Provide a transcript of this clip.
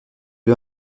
ben